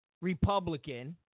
Republican